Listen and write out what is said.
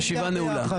הישיבה נעולה.